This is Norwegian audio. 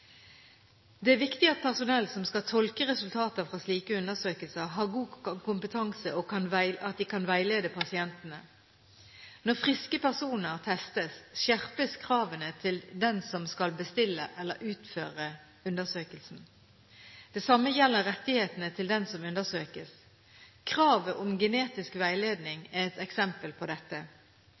Det er viktig at personell som skal tolke resultatene fra slike undersøkelser, har god kompetanse, og at de kan veilede pasientene. Når friske personer testes, skjerpes kravene til den som skal bestille eller utføre undersøkelsen. Det samme gjelder rettighetene til den som undersøkes. Kravet om genetisk veiledning er et eksempel på dette.